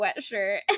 sweatshirt